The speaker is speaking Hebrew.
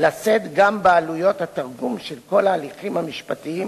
לשאת גם בעלויות התרגום של כל ההליכים המשפטיים